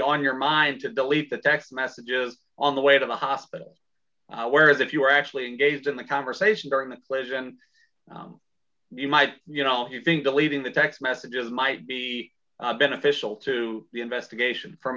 on your mind to delete the text messages on the way to the hospital where that you're actually engaged in the conversation during the pleasure and you might you know if you think the leaving the text messages might be beneficial to the investigation from